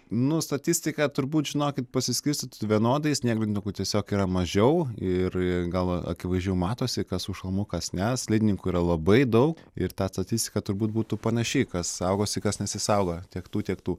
nu statistika turbūt žinokit pasiskirstytų vienodai snieglentininkų tiesiog yra mažiau ir gal akivaizdžiau matosi kas su šalmu kas ne slidininkų yra labai daug ir tą statistika turbūt būtų panaši kas saugosi kas nesisaugo tiek tų tiek tų